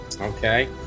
okay